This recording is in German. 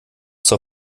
zur